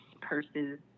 purses